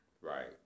Right